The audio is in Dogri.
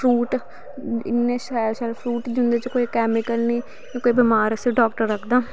फ्रूट इन्ने शैल शैल फ्रूट जिन्दे च कोई कैमीकल नी कोई बमार ऐ उसी डाक्टर आखदा